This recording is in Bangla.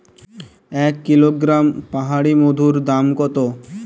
এক কিলোগ্রাম পাহাড়ী মধুর দাম কত?